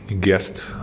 guest